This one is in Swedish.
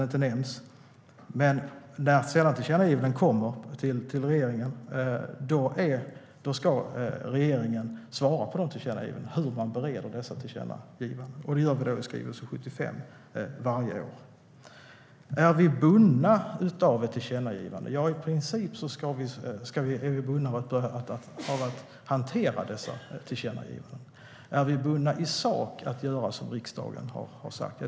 Men när tillkännagivanden kommer till regeringen ska regeringen svara på hur man bereder dessa tillkännagivanden. Det gör vi i skrivelse 75 varje år. Är vi bundna av ett tillkännagivande? Ja, i princip är vi förbundna att hantera tillkännagivanden. Är vi bundna i sak att göra som riksdagen sagt?